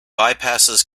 bypasses